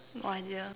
no idea